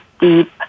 deep